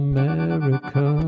America